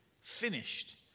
finished